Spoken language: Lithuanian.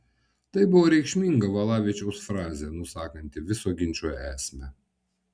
tai buvo reikšminga valavičiaus frazė nusakanti viso ginčo esmę